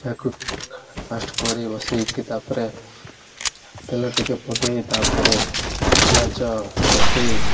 ତାକୁ ଫାର୍ଷ୍ଟ୍ କଢ଼େଇ ବସେଇକି ତା'ପରେ ତେଲ ଟିକେ ପକେଇ ତା'ପରେ ପିଆଜ ପକେଇ